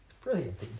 Brilliant